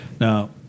Now